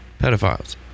pedophiles